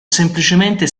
semplicemente